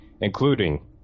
including